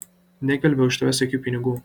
negvelbiau iš tavęs jokių pinigų